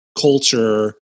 culture